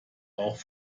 auch